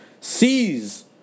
Seize